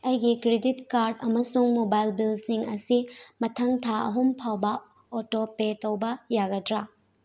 ꯑꯩꯒꯤ credit card ꯑꯃꯁꯨꯡ mobile ꯕꯤꯜꯁꯤꯡ ꯑꯁꯤ ꯃꯊꯪ ꯊꯥ ꯑꯍꯨꯝꯐꯥꯎꯕ ꯑꯣꯇꯣ ꯄꯦ ꯇꯧꯕ ꯌꯥꯒꯗ꯭ꯔꯥ